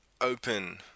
Open